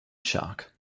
shark